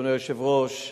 אדוני היושב-ראש,